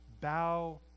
bow